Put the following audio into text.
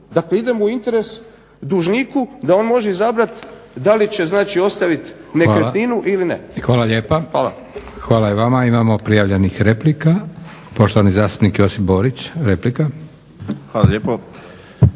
dakle idemo u interes dužniku da li on može izabrati da li će ostaviti nekretninu ili ne. Hvala. **Leko, Josip (SDP)** Hvala lijepa. Imamo prijavljenih replika, poštovani zastupnik Josip Borić replika. **Borić,